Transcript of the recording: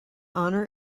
honour